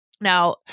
Now